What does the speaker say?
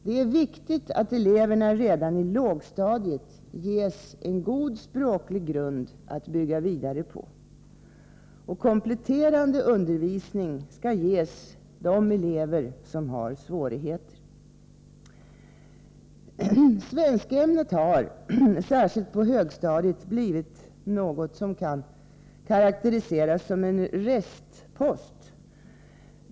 Det är viktigt att eleverna redan i lågstadiet ges en god språklig grund att bygga vidare på. Kompletterande undervisning skall ges de elever som har svårigheter. Svenskämnet har — särskilt på högstadiet — blivit något som kan karakteriseras som en restpost.